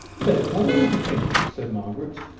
philip, what am i to think? said margaret,